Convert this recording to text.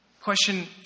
question